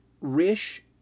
Rish